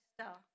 Star